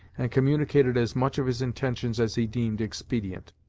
and communicated as much of his intentions as he deemed expedient.